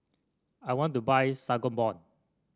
I want to buy Sangobion